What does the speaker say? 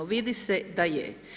Vidi se da je.